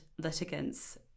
litigants